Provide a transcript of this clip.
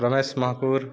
Ramesh Mahakur